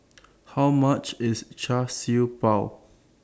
How much IS Char Siew Bao